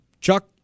Chuck